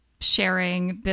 sharing